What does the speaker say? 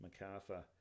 MacArthur